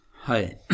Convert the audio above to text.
Hi